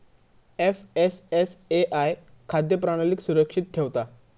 FSSAI खाद्य प्रणालीक सुरक्षित ठेवता